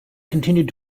continued